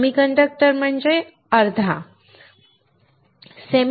semiconductor अर्ध म्हणजे अर्धा